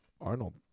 Arnold